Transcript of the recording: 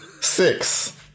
Six